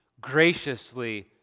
graciously